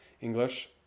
english